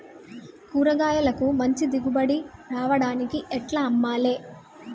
కూరగాయలకు మంచి దిగుబడి రావడానికి ఎట్ల అమ్మాలే?